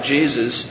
Jesus